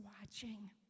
watching